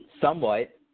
somewhat